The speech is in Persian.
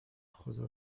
خدا